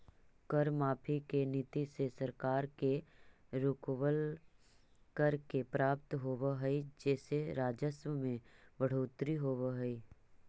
कर माफी के नीति से सरकार के रुकवल, कर के प्राप्त होवऽ हई जेसे राजस्व में बढ़ोतरी होवऽ हई